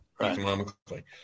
economically